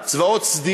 חמישה.